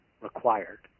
required